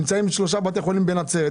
נמצאים שלושה בתי חולים בנצרת,